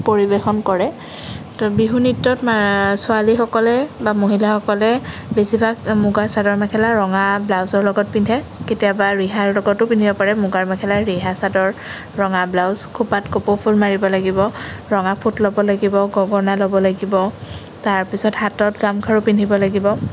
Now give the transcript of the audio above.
পৰিবেশন কৰে বিহু নৃত্যত ছোৱালীসকলে বা মহিলাসকলে বেছিভাগ মোগাৰ চাদৰ মেখেলা ৰঙা ব্লাউজৰ লগত পিন্ধে কেতিয়াবা ৰিহাৰ লগতো পিন্ধিব পাৰে মোগাৰ মেখেলা ৰিহা চাদৰ ৰঙা ব্লাউজ খোপাত কপৌফুল মাৰিব লাগিব ৰঙা ফুট ল'ব লাগিব গগনা ল'ব লাগিব তাৰপাছত হাতত গামখাৰু পিন্ধিব লাগিব